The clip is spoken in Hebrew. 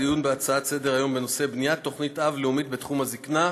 לדיון בהצעה לסדר-היום בנושא: בניית תוכנית-אב לאומית בתחום הזקנה,